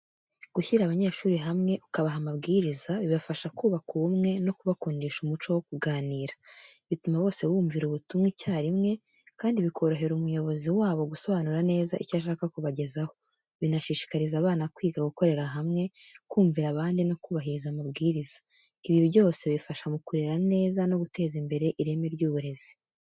Gushyira abanyeshuri hamwe ukabaha amabwiriza bibafasha kubaka ubumwe no kubakundisha umuco wo kuganira. Bituma bose bumvira ubutumwa icyarimwe, kandi bikorohera umuyobozi wabo gusobanura neza icyo ashaka kubagezaho. Binashishikariza abana kwiga gukorera hamwe, kumvira abandi no kubahiriza amabwiriza. Ibi byose bifasha mu kurera neza no guteza imbere ireme ry’uburezi.